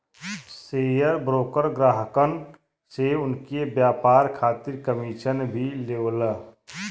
share broker ग्राहकन से उनके व्यापार खातिर कमीशन भी लेवला